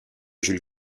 jules